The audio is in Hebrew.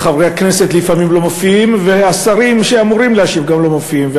וחברי הכנסת לפעמים לא מופיעים והשרים שאמורים להשיב גם לא מופיעים.